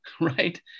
Right